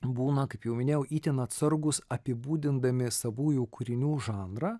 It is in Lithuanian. būna kaip jau minėjau itin atsargūs apibūdindami savųjų kūrinių žanrą